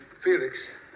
Felix